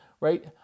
right